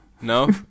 No